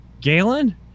Galen